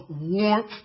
warmth